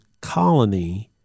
colony